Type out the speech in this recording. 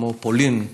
כמו פולין,